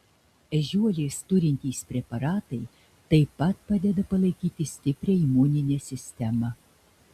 ežiuolės turintys preparatai taip pat padeda palaikyti stiprią imuninę sistemą